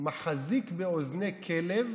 "מחזיק באוזני כלב